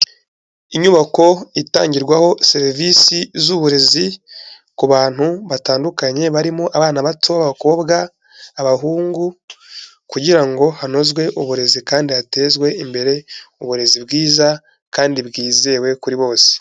Inyubako itangirwaho serivisi z'uburezi ku bantu batandukanye, barimo abana bato b'abakobwa, abahungu, kugira ngo hanozwe uburezi kandi hatezwe imbere uburezi bwiza kandi bwizewe kuri bose.